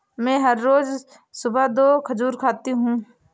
मैं हर रोज सुबह दो खजूर खाती हूँ